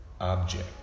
object